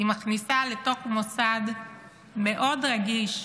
היא מכניסה פוליטיקה לתוך מוסד מאוד רגיש,